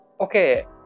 okay